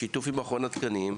בשיתוף עם מכון התקנים.